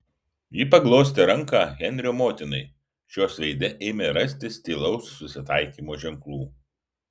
ji paglostė ranką henrio motinai šios veide ėmė rastis tylaus susitaikymo ženklų